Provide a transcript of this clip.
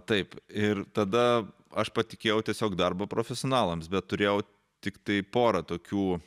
taip ir tada aš patikėjau tiesiog darbą profesionalams bet turėjau tiktai porą tokių